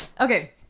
Okay